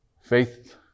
Faith